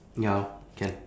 ya lor can